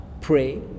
pray